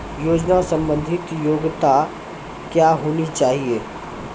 योजना संबंधित योग्यता क्या होनी चाहिए?